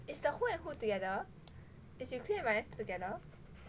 is the who and who together is yuki and ryan still together